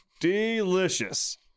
Delicious